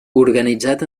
organitzat